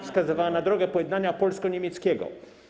Wskazywano drogę pojednania polsko-niemieckiego.